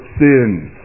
sins